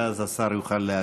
ואז השר יוכל להשיב.